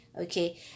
okay